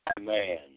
man